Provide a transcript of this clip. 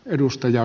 edustaja